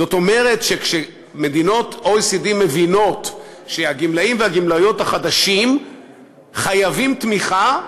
שכשמדינות ה-OECD מבינות שהגמלאים והגמלאיות החדשים חייבים תמיכה,